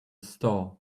store